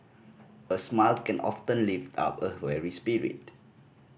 a smile can often lift up a weary spirit